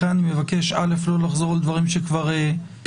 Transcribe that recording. לכן אני מבקש לא לחזור על דברים שכבר נאמרו,